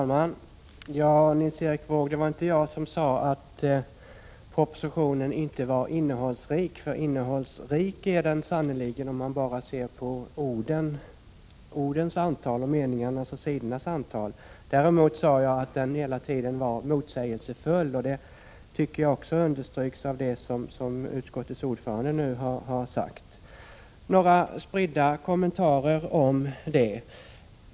Fru talman! Nils Erik Wååg, det var inte jag som sade att propositionen inte var innehållsrik. Innehållsrik är den sannerligen om man bara ser till ordens, meningarnas och sidornas antal. Däremot sade jag att den är motsägelsefull, och det tycker jag också understryks av vad utskottets ordförande nu sade. Några spridda kommentarer om propositionen.